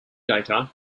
data